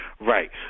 Right